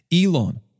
Elon